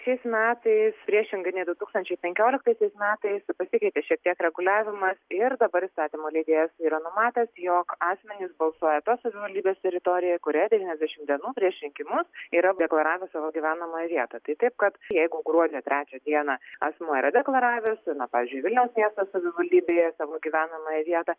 šiais metais priešingai nei du tūkstančiai penkioliktaisiais metais pasikeitė šiek tiek reguliavimas ir dabar įstatymų leidėjas yra numatęs jog asmenys balsuoja tos savivaldybės teritorijoj kurije devyniasdešimt dienų prieš rinkimus yra deklaravę savo gyvenamąją vietą tai taip kad jeigu gruodžio trečią dieną asmuo yra deklaravęs na pavyzdžiui vilniaus miesto savivaldybėje savo gyvenamąją vietą